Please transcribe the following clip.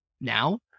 now